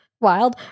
wild